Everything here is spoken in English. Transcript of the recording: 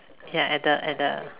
ya at the at the